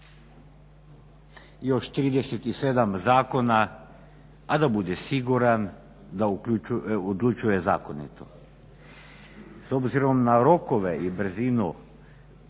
još 37 zakona, a da bude siguran da odlučuje zakonito. S obzirom na rokove i brzinu